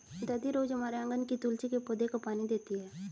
दादी रोज हमारे आँगन के तुलसी के पौधे को पानी देती हैं